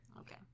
Okay